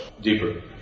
deeper